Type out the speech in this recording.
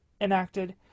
enacted